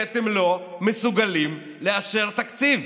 כי אתם לא מסוגלים לאשר תקציב.